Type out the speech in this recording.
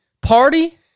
Party